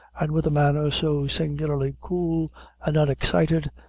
and with a manner so singularly cool and unexcited,